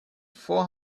four